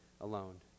alone